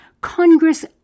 Congress